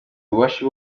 ububasha